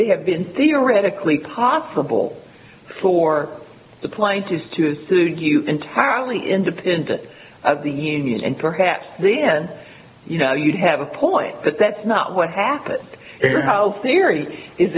be have been theoretically possible for the plaintiffs to suit you entirely independent of the union and perhaps the end you know you'd have a point but that's not what happened there how theory is